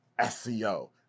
SEO